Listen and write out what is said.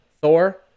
Thor